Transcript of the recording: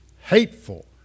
hateful